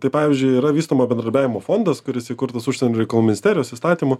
tai pavyzdžiui yra vystoma bendradarbiavimo fondas kuris įkurtas užsienio reikalų ministerijos įstatymu